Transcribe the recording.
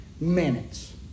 minutes